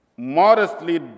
modestly